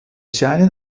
scheinen